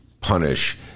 punish